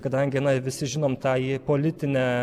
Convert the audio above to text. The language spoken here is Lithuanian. kadangi na visi žinom tą į politinę